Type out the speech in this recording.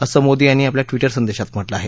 असं मोदी यांनी आपल्या ट्वीटर संदेशात म्हटलं आहे